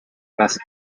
best